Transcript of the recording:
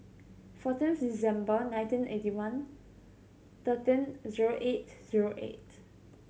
fourteen December nineteen eighty one thirteen zero eight zero eight